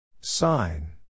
Sign